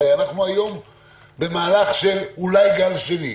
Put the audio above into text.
הרי אנחנו היום במהלך של אולי גל שני,